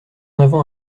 avant